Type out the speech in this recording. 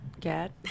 get